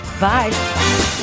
Bye